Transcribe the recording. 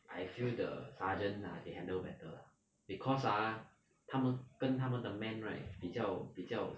I feel the sergeant lah they handle better lah because ah 他们跟他们的 man right 比较比较